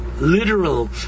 literal